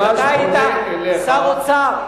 אתה היית שר אוצר,